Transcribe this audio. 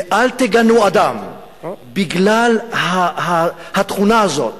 ואל תגנו אדם בגלל התכונה הזאת,